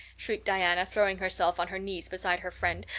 shrieked diana, throwing herself on her knees beside her friend.